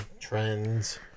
trends